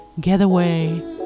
Getaway